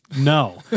No